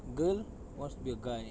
girl wants to be a guy